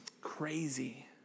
crazy